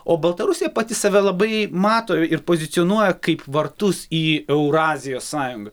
o baltarusija pati save labai mato ir pozicionuoja kaip vartus į eurazijos sąjungą